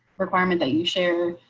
requirement that you share